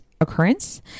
occurrence